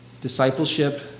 discipleship